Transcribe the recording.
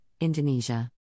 Indonesia